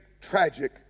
tragic